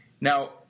Now